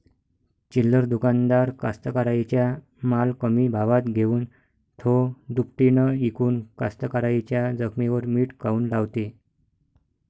चिल्लर दुकानदार कास्तकाराइच्या माल कमी भावात घेऊन थो दुपटीनं इकून कास्तकाराइच्या जखमेवर मीठ काऊन लावते?